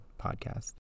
podcast